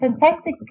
fantastic